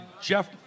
Jeff